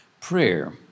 Prayer